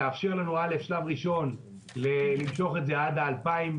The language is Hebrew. תאפשר לנו למשוך את זה עד 2024,